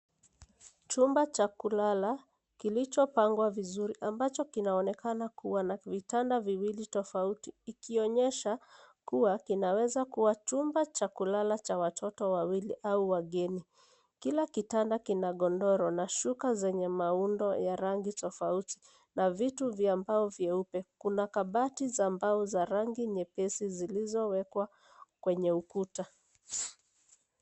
Chumba cha kulala kilichopangwa vizuri ambacho kinaonekana kuwa na vitanda viwili tofauti, ikionyesha kuwa kinaweza kuwa chumba cha kulala cha watoto wawili au wageni. Kila kitanda kina godoro na shuka zenye miundo ya rangi tofauti na vitu vya mbao vyeupe. Kuna kabati za mbao za rangi nyepesi zilizowekwa kwenye ukuta.